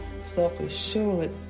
self-assured